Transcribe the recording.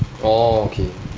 orh okay